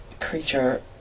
creature